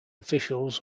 officials